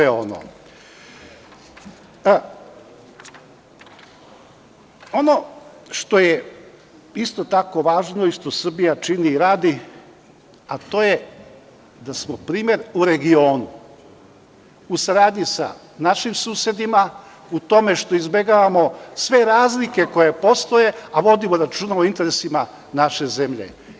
Ono što je isto tako važno i što Srbija čini i radi, to je da smo primer u regionu, u saradnji sa našim susedima, u tome što izbegavamo sve razlike koje postoje, a vodimo računa o interesima naše zemlje.